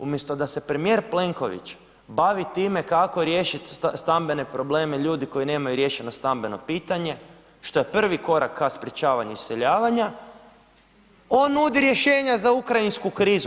Umjesto da se premijer Plenković bavi time kako riješiti stambene probleme ljudi koji nemaju riješeno stambeno pitanje, što je prvi koraka ka sprječavanju iseljavanja, on nudi rješenja za ukrajinsku krizu.